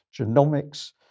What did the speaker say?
genomics